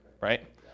right